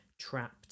trapped